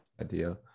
idea